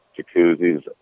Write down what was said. jacuzzis